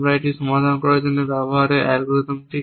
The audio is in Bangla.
আমরা এটি সমাধান করার জন্য ব্যবহার এ অ্যালগরিদম কি